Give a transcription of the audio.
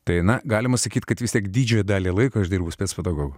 tai na galima sakyti kad vis tiek didžiąją dalį laiko aš dirbu spec pedagogu